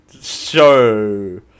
show